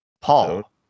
Paul